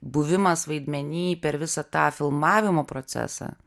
buvimas vaidmeny per visą tą filmavimo procesą